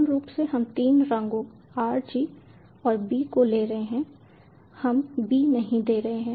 मूल रूप से हम तीन रंगों r g और b को ले रहे हैं हम b नहीं दे रहे हैं